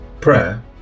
prayer